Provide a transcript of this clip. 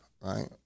Right